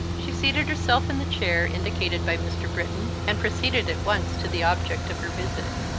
she seated herself in the chair indicated by mr. britton and proceeded at once to the object of her visit.